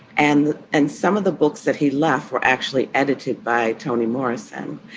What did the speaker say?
and and some of the books that he left were actually edited by toni morrison,